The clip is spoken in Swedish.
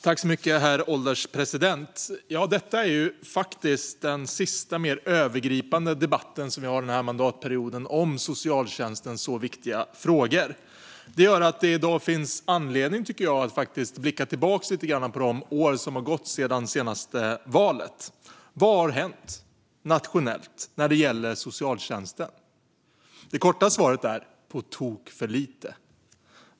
Herr ålderspresident! Detta är den sista mer övergripande debatten vi har denna mandatperiod om socialtjänstens så viktiga frågor. Det gör att det i dag finns anledning att blicka tillbaka lite grann på de år som har gått sedan det senaste valet. Vad har hänt nationellt när det gäller socialtjänsten? Det korta svaret är: på tok för lite.